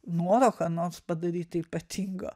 noro ką nors padaryti ypatingo